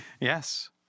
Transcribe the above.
Yes